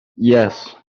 yes